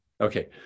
Okay